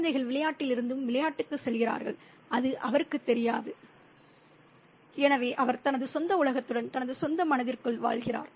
குழந்தைகள் விளையாட்டிலிருந்து விளையாட்டுக்குச் செல்கிறார்கள் அது அவருக்குத் தெரியாது எனவே அவர் தனது சொந்த உலகத்துடன் தனது சொந்த மனதிற்குள் வாழ்கிறார்